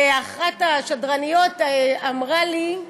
ואחת השדרניות אמרה לי: